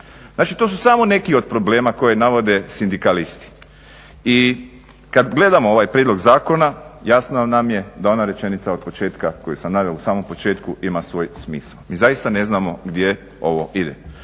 Znači to su samo neki od problema koje navode sindikalisti. I kada gledamo ovaj prijedlog zakona jasno nam je da ona rečenica od početka koju sam naveo u samom početku ima svoj smisao. Mi zaista ne znamo gdje ovo ide.